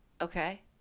Okay